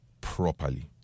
properly